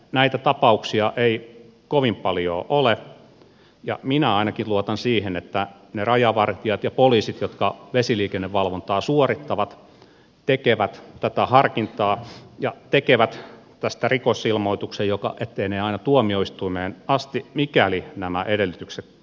näitä tapauksia ei kovin paljoa ole ja minä ainakin luotan siihen että ne rajavartijat ja poliisit jotka vesiliikennevalvontaa suorittavat tekevät tätä harkintaa ja tekevät tästä rikosilmoituksen joka etenee aina tuomioistuimeen asti mikäli nämä edellytykset täyttyvät